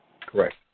Correct